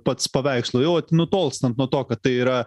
pats paveikslo jau nutolstant nuo to kad tai yra